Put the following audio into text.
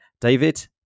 David